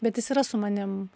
bet jis yra su manim